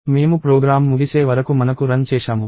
మేము ప్రోగ్రామ్ ముగిసే వరకు మనకు రన్ చేశాము